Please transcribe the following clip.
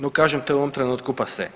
No kažem, to je u ovom trenutku pase.